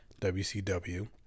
WCW